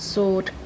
Sword